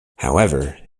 however